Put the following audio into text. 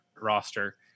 roster